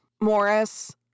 Morris